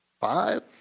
five